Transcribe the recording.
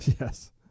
Yes